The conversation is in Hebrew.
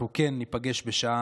אנחנו כן ניפגש בשעה